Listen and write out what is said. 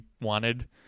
wanted